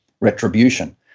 retribution